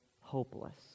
hopeless